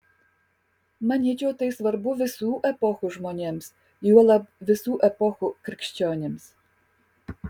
manyčiau tai svarbu visų epochų žmonėms juolab visų epochų krikščionims